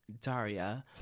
Daria